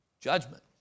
Judgment